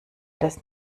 das